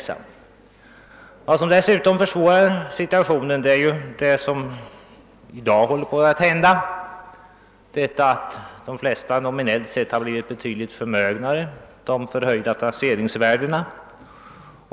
Situationen försvåras dessutom av att de flesta av dessa inkomsttagare nominellt sett blivit betydligt förmögnare genom de höjda taxeringsvärdena.